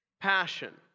Passion